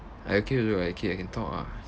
I okay also I okay I can talk ah